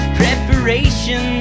preparation